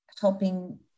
helping